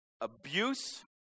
abuse